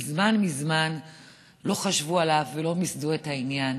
מזמן מזמן לא חשבו עליו ולא מיסדו את העניין.